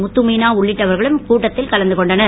முத்துமீனா உள்ளிட்டவர்களும் கூட்டத்தில் கலந்து கொண்டனர்